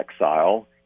exile